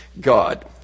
God